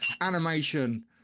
animation